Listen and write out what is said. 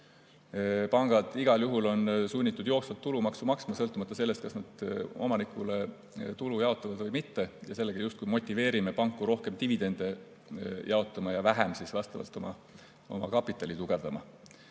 pangad igal juhul on sunnitud jooksvat tulumaksu maksma sõltumata sellest, kas nad omanikule tulu jaotavad või mitte. Sellega me justkui motiveerime panku rohkem dividende jaotama ja siis vastavalt vähem oma kapitali tugevdama. Ma